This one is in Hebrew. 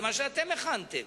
זה מה שאתם הכנתם.